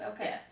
Okay